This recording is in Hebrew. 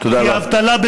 תודה רבה.